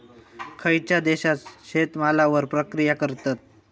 खयच्या देशात शेतमालावर प्रक्रिया करतत?